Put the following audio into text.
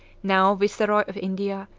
now viceroy of india,